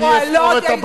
גברתי השרה.